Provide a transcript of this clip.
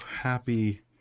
happy